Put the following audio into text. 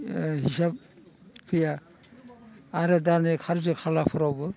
हिसाब गैया आरो दा नै कार्ज' खालापफोरावबो